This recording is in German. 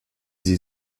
sie